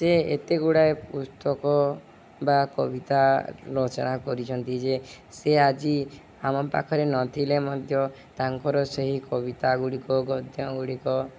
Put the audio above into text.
ସେ ଏତେ ଗୁଡ଼ାଏ ପୁସ୍ତକ ବା କବିତା ରଚନା କରିଛନ୍ତି ଯେ ସେ ଆଜି ଆମ ପାଖରେ ନଥିଲେ ମଧ୍ୟ ତାଙ୍କର ସେହି କବିତା ଗୁଡ଼ିକ ଗଦ୍ୟ ଗୁଡ଼ିକ